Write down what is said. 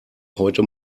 heute